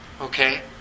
Okay